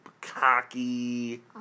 cocky